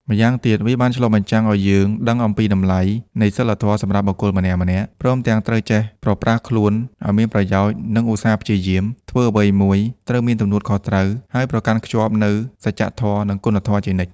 ម្យ៉ាងទៀត វាបានឆ្លុះបញ្ចាំងអោយយើងដឹងអំពីតម្លៃនៃសីលធម៌សម្រាប់បុគ្កលម្នាក់ៗ ព្រមទាំងត្រូវចេះប្រប្រាស់ខ្លួនឯងអោយមានប្រយោជន៍និងឧស្សាព្យយាម ធ្វើអ្វីមួយត្រូវមានទំនួលខុសត្រូវ ហើយប្រកាន់ខ្ជាប់ខ្ជួននៅសច្ចធម៌និងគុណធម៌ជានិច្ច។